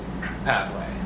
pathway